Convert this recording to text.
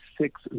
six